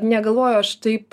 negalvoju aš taip